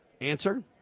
Answer